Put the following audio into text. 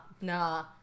nah